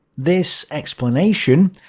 this explanation,